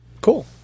Cool